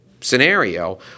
scenario